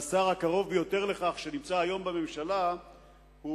והשר הקרוב ביותר לכך שנמצא היום בממשלה הוא